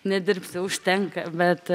nedirbsiu užtenka bet